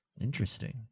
Interesting